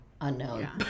unknown